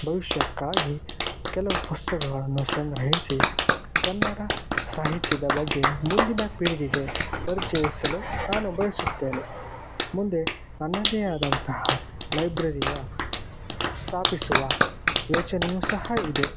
ಭವಿಷ್ಯಕ್ಕಾಗಿ ಕೆಲವು ಪುಸ್ತಕಗಳನ್ನು ಸಂಗ್ರಹಿಸಿ ಕನ್ನಡ ಸಾಹಿತ್ಯದ ಬಗ್ಗೆ ಮುಂದಿನ ಪೀಳಿಗೆಗೆ ಪರಿಚಯಿಸಲು ನಾನು ಬಯಸುತ್ತೇನೆ ಮುಂದೆ ನನ್ನದೇ ಆದಂತಹ ಲೈಬ್ರರಿಯ ಸ್ಥಾಪಿಸುವ ಯೋಚನೆಯೂ ಸಹ ಇದೆ